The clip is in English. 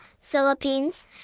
Philippines